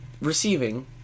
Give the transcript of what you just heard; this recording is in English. Receiving